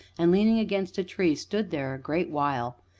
and, leaning against a tree, stood there a great while.